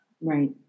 Right